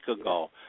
ago